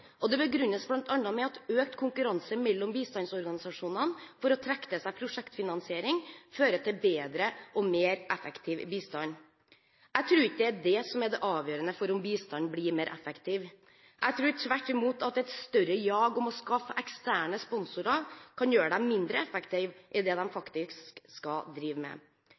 annet. Det begrunnes bl.a. med at økt konkurranse mellom bistandsorganisasjonene for å trekke til seg prosjektfinansiering fører til bedre og mer effektiv bistand. Jeg tror ikke det er det som er det avgjørende for om bistanden blir mer effektiv. Jeg tror tvert imot at et større jag etter å skaffe eksterne sponsorer kan gjøre dem mindre effektive i det de faktisk skal drive med.